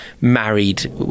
married